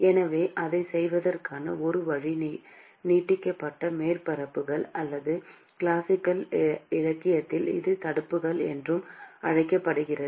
எனவே அதைச் செய்வதற்கான ஒரு வழி நீட்டிக்கப்பட்ட மேற்பரப்புகள் அல்லது கிளாசிக்கல் இலக்கியத்தில் இது துடுப்புகள் என்றும் அழைக்கப்படுகிறது